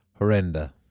horrenda